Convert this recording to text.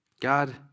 God